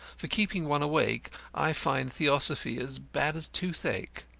for keeping one awake i find theosophy as bad as toothache.